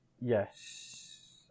yes